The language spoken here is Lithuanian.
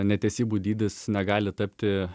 netesybų dydis negali tapti